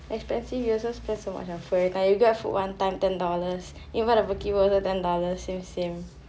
expensive you also spend so much on food everytime you grab food one time also ten dollars you buy the poke bowl also ten dollars same same